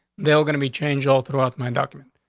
they were gonna be changed all throughout my document.